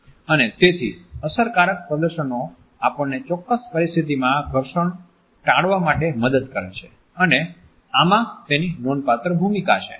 અને તેથી અસરકારક પ્રદર્શનો આપણને કોઈ ચોક્કસ પરિસ્થિતિમાં ઘર્ષણ ટાળવા માટે મદદ કરે છે અને આમાં તેની નોંધપાત્ર ભૂમિકા છે